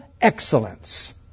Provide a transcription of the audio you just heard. excellence